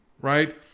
right